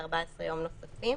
ב-14 יום נוספים.